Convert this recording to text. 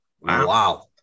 Wow